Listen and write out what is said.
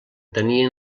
tenien